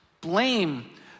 blame